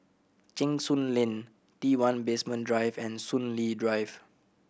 Cheng Soon Lane T One Basement Drive and Soon Lee Drive